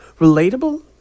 relatable